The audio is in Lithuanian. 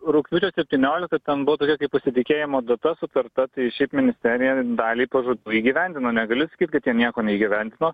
rugpjūčio septyniolikta ten bivo tokia kaip pasitikėjimo data sutarta tai šiaip ministerija dalį pažadų įgyvendino negaliu sakyt kad nieko neįgyvendino